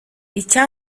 icya